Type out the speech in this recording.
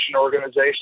organization